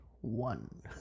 one